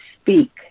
speak